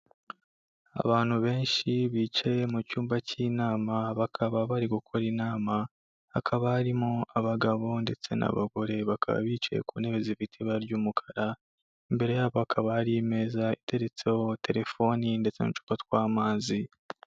Abantu benshi bicaye mu cyumba cy'inama bakaba bari gukora inama. Hakaba harimo abagabo ndetse n'abagore. Bakaba bicaye ku ntebe zifite ibara ry'umukara. Imbere yabo hakaba hari imeza iteretseho telefoni ndetse n'uducupa tw'amazi.